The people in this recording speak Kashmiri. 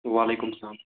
وعلیکُم سلام